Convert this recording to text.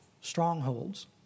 strongholds